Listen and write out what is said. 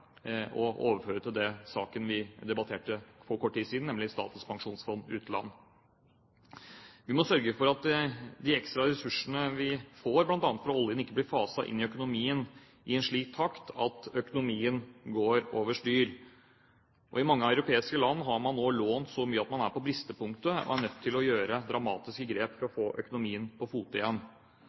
og overføre det til Statens pensjonsfond utland, en sak som vi debatterte for kort tid siden. Vi må sørge for at de ekstra ressursene vi får, bl.a. fra oljen, ikke blir faset inn i økonomien i en slik takt at økonomien går over styr. I mange europeiske land har man nå lånt så mye at man er på bristepunktet, og er nødt til å gjøre dramatiske grep for å få økonomien på